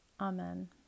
Amen